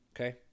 okay